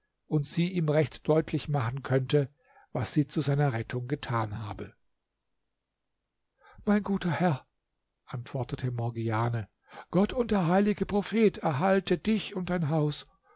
und sie ihm recht deutlich machen könnte was sie zu seiner rettung getan habe mein guter herr antwortete morgiane gott und der heilige prophet erhalte dich und dein haus